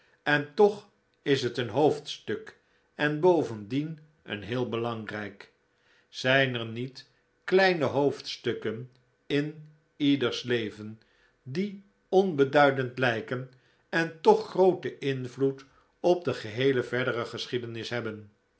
en toch is het een hoofdstuk en bovendien een heel belangrijk zijn er niet kleine hoofdstukken in ieders leven die onbeduidend lijken en toch grooten invloed op de geheele verdere geschiedenis hebben